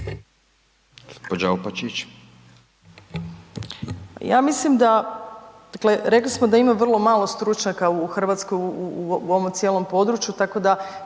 rekli smo da ima vrlo malo stručnjaka u ovom cijelom području, tako da